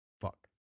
Fuck